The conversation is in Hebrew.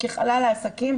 ככלל העסקים,